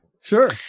Sure